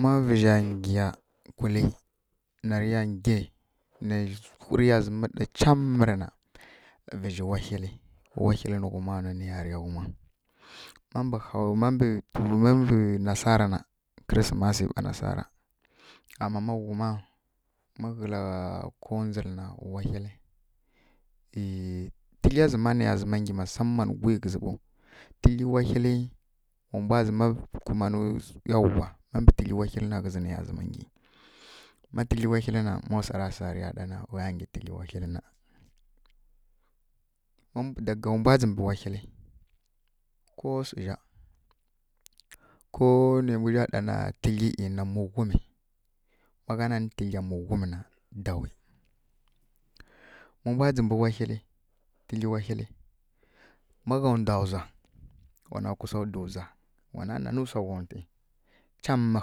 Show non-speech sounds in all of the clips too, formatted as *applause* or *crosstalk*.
Má vǝzha nggyi ya kulǝ na rǝ ya nggyi nai hurǝ ya ɗa cam rǝ na vǝzhi wahilǝ, wahilǝ nǝ ghum nwu nǝ yariya ghuma ma mbǝ nasara na kǝsǝmasǝ pa nasara, ama ma ghuma kǝla kondzǝl na wahilǝ tǝdlya zǝ mma nai ya zǝma nggyi musaman gwi ghǝzǝ ɓaw. Tǝdlyi wahilǝ wa mbwa zǝma *unintelligible* ma mbǝ tǝdlyi wahilǝ na ghǝzǝ nai ya zǝma nggyi. Má tǝdlyi wahilǝ na, ma swara sa rǝ ya zǝma ɗana wa ya nggyi tǝdlyi wahilǝ na, ma daga wa mbwa ndzǝmbǝ tǝdlyi wahilǝ ko swu zha ko nai mbu zha ɗana ˈyi na mughumi má gha nanǝ tǝdlya mughumǝ na dawi, ma mbwa ndzǝmbǝ wahilǝ tǝdlyi wahilǝ ma gha ndwa ndzwa wana mbǝgha dǝw ndzwa wana nanǝ swa kontǝ cammǝ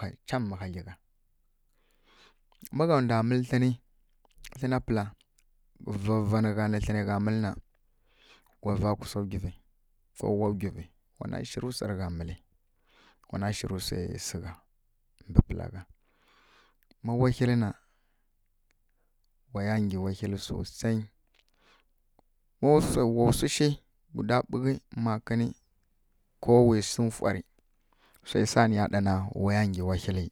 ha hadlyi gha má ndwa mǝlǝ thlǝnǝ thlǝna pǝla vava nǝ gha nǝ thlǝnai gha mǝlǝ na wa va kusa nggyivǝ ko wa nggyivǝ wana shirǝ swarǝ gha mǝlǝ. Wana shirǝ swai sǝ gha mbǝ pǝla gha. Má wahilǝ na wa ya nggyi wahilǝ sosai *unintelligible* wa swi shi guda ɓukǝ guda makǝnǝ ko wi sǝ nfwarǝ swai sa nǝya ɗana wa ya nggyi wahilǝ.